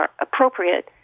appropriate